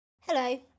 Hello